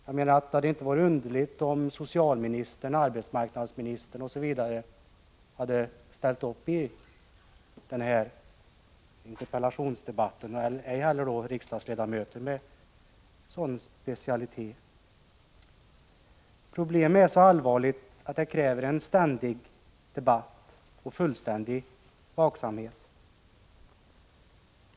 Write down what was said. Jag menar att det inte hade varit underligt om socialministern, arbetsmarknadsministern och andra statsråd hade ställt upp i den här interpellationsdebatten — och även riksdagsledamöter med sådana frågor som specialitet. Problemet är så allvarligt att det kräver ständig debatt och fullständig vaksamhet.